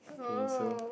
okay so